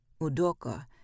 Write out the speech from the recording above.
Udoka